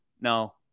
no